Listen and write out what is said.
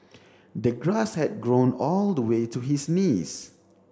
the grass had grown all the way to his knees